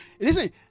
listen